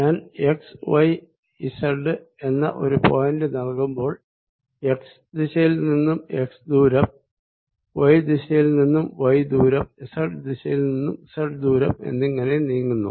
ഞാൻ എക്സ്വൈസെഡ് എന്ന ഒരു പോയിന്റ് നൽകുമ്പോൾ എക്സ് ദിശയിൽ എക്സ് ദൂരം വൈ ദിശയിൽ വൈ ദൂരം സെഡ് ദിശയിൽ സെഡ് ദൂരം എന്നിങ്ങനെ നീങ്ങുന്നു